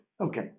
Okay